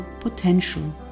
potential